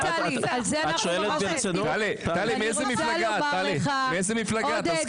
טלי, מאיזו מפלגה את?